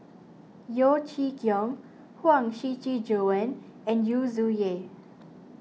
Yeo Chee Kiong Huang Shiqi Joan and Yu Zhuye